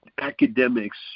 academics